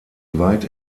weit